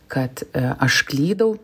kad aš klydau